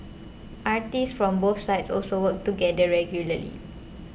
artists from both sides also work together regularly